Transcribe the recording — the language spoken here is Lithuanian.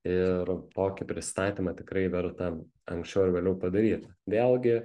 ir tokį pristatymą tikrai verta anksčiau ar vėliau padaryti vėlgi